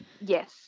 Yes